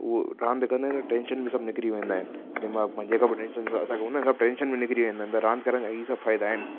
हूअ रांदि कंदे टेंशन बि सभु निकिरी वेंदा आहिनि दीमाग़ु में जेका बि टेंशन आहे असांखे उन टेंशन निकिरी वेंदा आहिनि त रांदि करण जा ई सभु फ़ाइदा आहिनि